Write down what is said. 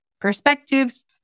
perspectives